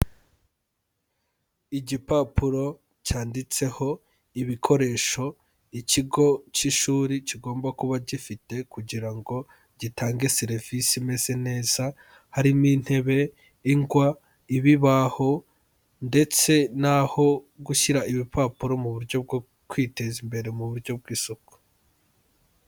Igipapuro cyanditseho ibikoresho ikigo k'ishuri kigomba kuba gifite kugira ngo gitange serivisi imeze neza, harimo intebe, ingwa, ibibaho ndetse naho gushyira ibipapuro mu buryo bwo kwiteza imbere mu buryo bw'isuku.